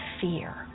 fear